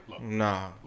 nah